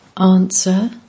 Answer